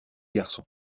garçon